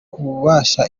ububasha